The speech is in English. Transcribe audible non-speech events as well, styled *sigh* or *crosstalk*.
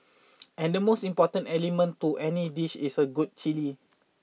*noise* and the most important element to any dish is good chilli